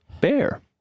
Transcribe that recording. bear